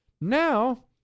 Now